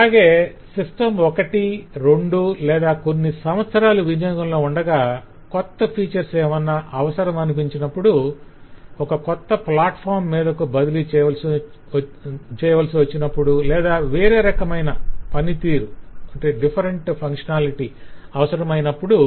అలాగే సిస్టమ్ ఒకటి రెండు లేదా కొన్ని సంవత్సరాలు వినియోగంలో ఉండగా కొత్త ఫీచర్స్ ఏమన్నా అవసరమనిపించినప్పుడు ఒక కొత్త ప్లాట్ఫామ్ మీదకు బదిలీ చేయవలసినప్పుడు లేదా వేరే రకమైన పనితీరు అవసరమైనప్పుడు